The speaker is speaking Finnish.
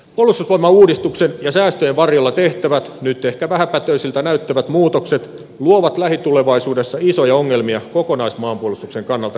puolustusvoimauudistuksen ja säästöjen varjolla tehtävät nyt ehkä vähäpätöisiltä näyttävät muutokset luovat lähitulevaisuudessa isoja ongelmia kokonaismaanpuolustuksen kannalta katsottuna